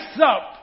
up